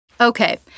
Okay